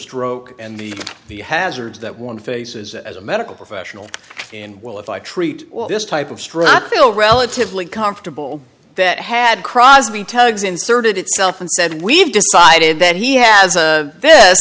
stroke and the the hazards that one faces as a medical professional well if i treat this type of strike feel relatively comfortable that had crosby tugs inserted itself and said we've decided that he has this